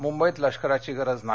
मुंबईत लष्कराची गरज नाही